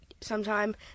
sometime